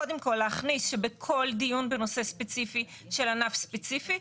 קודם כל להכניס שבכל דיון בנושא ספציפי של ענף ספציפי,